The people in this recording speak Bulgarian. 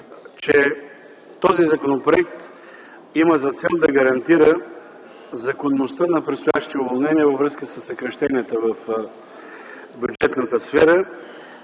че този законопроект има за цел да гарантира законността на предстоящите уволнения във връзка със съкращенията в бюджетната сфера.